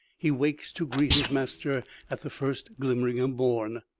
he awakes to greet his master at the first glimmering of morn,